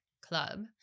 club